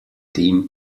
team